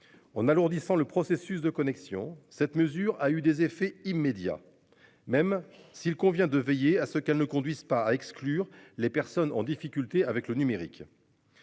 En alourdissant le processus de connexion. Cette mesure a eu des effets immédiats. Même s'il convient de veiller à ce qu'elle ne conduise pas à exclure les personnes en difficulté avec le numérique.--